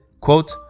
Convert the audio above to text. quote